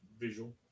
Visual